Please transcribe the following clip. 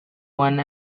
one